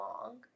long